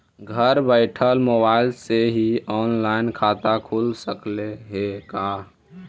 घर बैठल मोबाईल से ही औनलाइन खाता खुल सकले हे का?